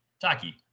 Taki